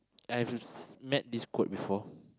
I've ris~ met this quote before